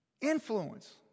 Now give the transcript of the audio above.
Influence